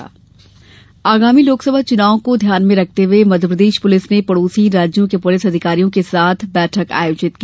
police व्यवस्था आगामी लोकसभा चुनाव को ध्यान में रखते हुए मध्यप्रदेश पुलिस ने पडोसी राज्यों के पुलिस अधिकारियों के साथ बैठक आयोजित की